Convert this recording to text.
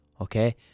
Okay